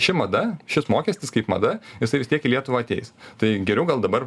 ši mada šis mokestis kaip mada jisai vis tiek į lietuvą ateis tai geriau gal dabar